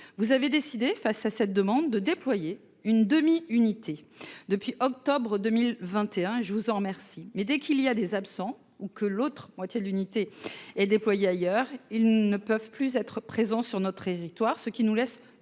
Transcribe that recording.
Vous avez décidé, face à cette demande, de déployer une demi-unité depuis octobre 2021, et je vous en remercie. Mais dès qu'il y a des absents ou que l'autre moitié de l'unité est déployée ailleurs, ces effectifs ne peuvent plus être présents sur notre territoire, ce qui nous laisse